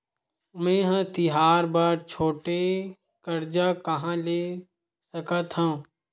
मेंहा तिहार बर छोटे कर्जा कहाँ ले सकथव?